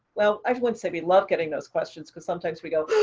well, i wouldn't say we love getting those questions because sometimes we go,